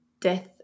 death